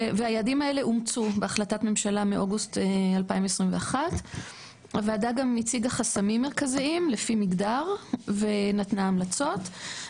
והיעדים האלה אומצו בהחלטת ממשלה מאוגוסט 2021. הוועדה גם הציגה חסמים מרכזיים לפי מגדר ונתנה המלצות.